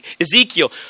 ezekiel